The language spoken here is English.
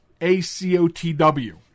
A-C-O-T-W